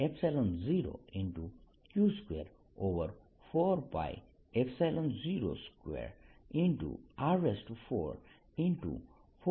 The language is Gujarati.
4πr2dr લખી શકું છું